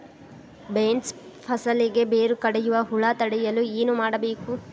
Beans ಫಸಲಿಗೆ ಬೇರು ಕಡಿಯುವ ಹುಳು ತಡೆಯಲು ಏನು ಮಾಡಬೇಕು?